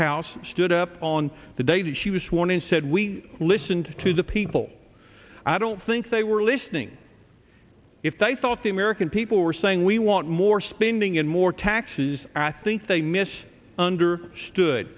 house stood up on the day that she was sworn in said we listened to the people i don't think they were listening if they thought the american people were saying we want more spending and more taxes at think they miss under stood